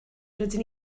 rydyn